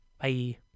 Bye